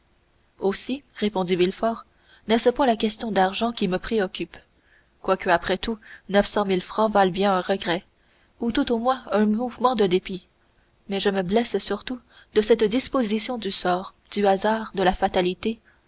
aussi répondit villefort n'est-ce point la question d'argent qui me préoccupe quoique après tout neuf cent mille francs vaillent bien un regret ou tout au moins un mouvement de dépit mais je me blesse surtout de cette disposition du sort du hasard de la fatalité